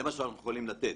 זה מה שאנחנו יכולים לתת.